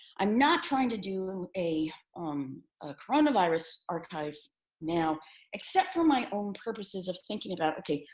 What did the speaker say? i'm not trying to do a um coronavirus archive now except for my own purposes of thinking about, okay,